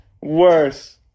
Worse